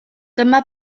dyma